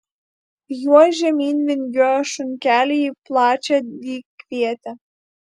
juo žemyn vingiuoja šunkeliai į plačią dykvietę